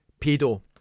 Pedo